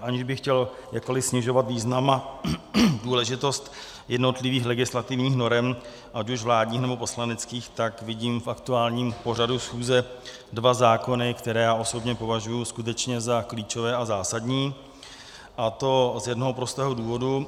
Aniž bych chtěl jakkoliv snižovat význam a důležitost jednotlivých legislativních norem, ať už vládních, nebo poslaneckých, tak vidím v aktuálním pořadu schůze dva zákony, které já osobně považuji skutečně za klíčové a zásadní, a to z jednoho prostého důvodu.